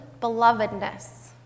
belovedness